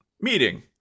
Meeting